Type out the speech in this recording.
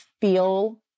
feel